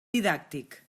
didàctic